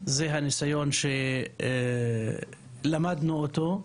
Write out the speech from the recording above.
זה הניסיון שלמדנו אותו.